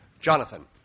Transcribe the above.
Jonathan